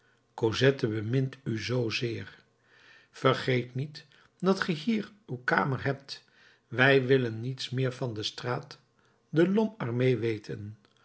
cosette bemint u zoozeer vergeet niet dat ge hier uw kamer hebt wij willen niets meer van de straat de lhomme armé weten